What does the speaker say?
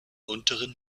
unteren